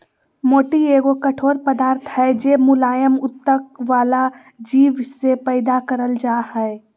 मोती एगो कठोर पदार्थ हय जे मुलायम उत्तक वला जीव से पैदा करल जा हय